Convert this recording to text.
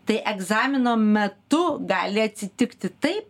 tai egzamino metu gali atsitikti taip